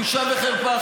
בושה וחרפה.